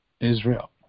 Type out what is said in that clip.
Israel